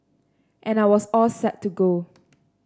and I was all set to go